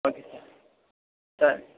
okay sir sir